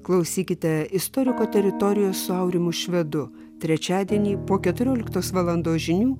klausykite istoriko teritorijos su aurimu švedu trečiadienį po keturioliktos valandos žinių